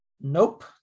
nope